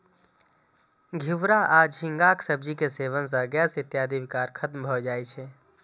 घिवरा या झींगाक सब्जी के सेवन सं गैस इत्यादिक विकार खत्म भए जाए छै